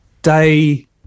Day